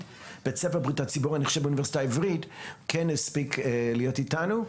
באוניברסיטת חיפה הספיק להיות איתנו.